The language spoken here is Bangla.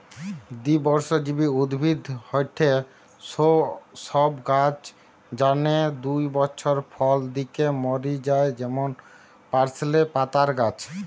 দ্বিবর্ষজীবী উদ্ভিদ হয়ঠে সৌ সব গাছ যানে দুই বছর ফল দিকি মরি যায় যেমন পার্সলে পাতার গাছ